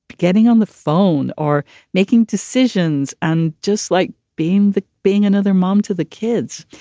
but getting on the phone or making decisions. and just like being the being another mom to the kids.